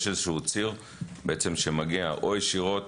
יש ציר שמגיע או ישירות